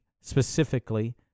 specifically